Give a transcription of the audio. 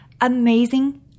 amazing